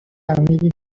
عمیقی